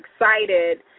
excited